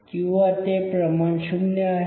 किंवा ते प्रमाण शून्य आहे